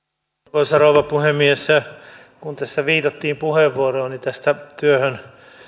arvoisa rouva puhemies kun tässä viitattiin puheenvuorooni tästä työhön